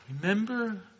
remember